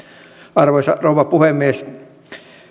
arvoisa rouva puhemies